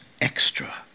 extra